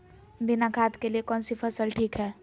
बिना खाद के लिए कौन सी फसल ठीक है?